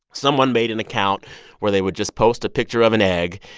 someone made an account where they would just post a picture of an egg.